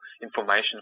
information